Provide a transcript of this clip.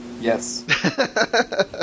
Yes